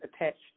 attached